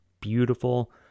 beautiful